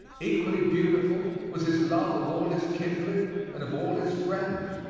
equally beautiful was his love of all his kindred and of all his friends.